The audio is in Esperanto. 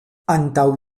antaŭ